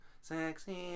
sexy